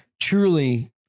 truly